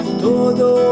todo